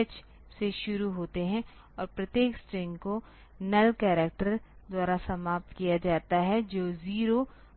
H से शुरू होते हैं और प्रत्येक स्ट्रिंग को नल्ल् करैक्टर द्वारा समाप्त किया जाता है जो जीरो बाइट है